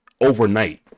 overnight